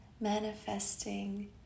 manifesting